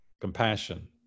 compassion